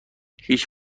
هیچ